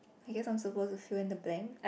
I guess I'm supposed to fill in the blank